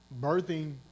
birthing